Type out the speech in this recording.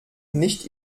nicht